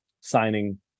signing